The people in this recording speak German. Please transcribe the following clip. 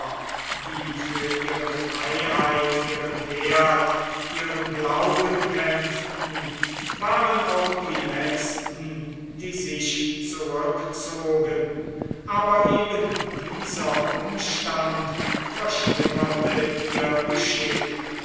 die für ihre freiheit ihren herd ihren glauben kämpften waren auch die letzten die sich zurückzogen aber eben dieser umstand verschlimmerte ihr geschick